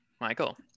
Michael